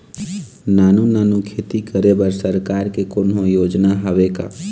नानू नानू खेती करे बर सरकार के कोन्हो योजना हावे का?